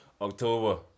October